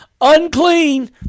unclean